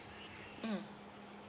mm